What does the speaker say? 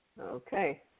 Okay